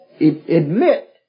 admit